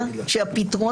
לא בטוח.